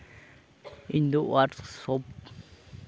ᱤᱧᱫᱚ ᱳᱟᱨᱠᱥᱚᱯ